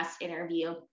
interview